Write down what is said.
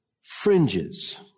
fringes